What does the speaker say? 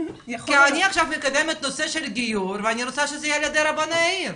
כי אני עכשיו מקדמת נושא של גיור ואני רוצה שזה יהיה על ידי רבני העיר.